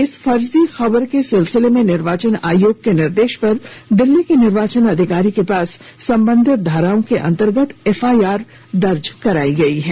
इस फर्जी खबर के सिलसिले में निर्वाचन आयोग के निर्देश पर दिल्ली के निर्वाचन अधिकारी के पास संबंधित धाराओं के अंतर्गत एफआईआर दर्ज कराई गई है